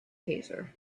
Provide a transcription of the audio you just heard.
taser